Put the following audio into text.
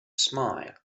smiled